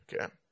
okay